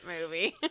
movie